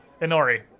Inori